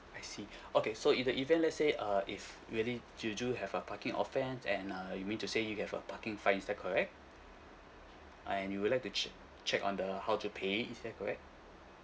I see okay so in the event let's say uh if really you do have a parking offence and uh you mean to say you have a parking fine is that correct uh and you would like to che~ check on the how to pay is that correct